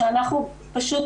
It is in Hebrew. שאנחנו פשוט